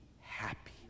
happy